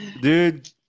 dude